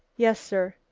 yes, sir.